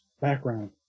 background